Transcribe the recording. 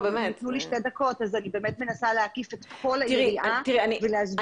אני מנסה להקיף את כל היריעה בשתי דקות ולהסביר את המגבלות.